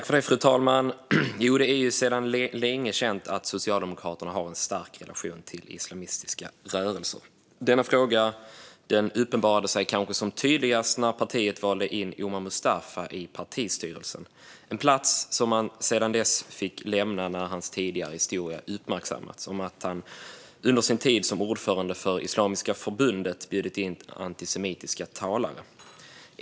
Fru talman! Jo, det är sedan länge känt att Socialdemokraterna har en stark relation till islamistiska rörelser. Detta uppenbarade sig kanske som tydligast när partiet valde in Omar Mustafa i partistyrelsen, en plats som han sedan fick lämna när hans tidigare historia uppmärksammades, det vill säga att han under sin tid som ordförande för Islamiska Förbundet bjudit in antisemitiska talare.